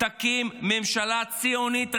תקים ממשלה ציונית רחבה,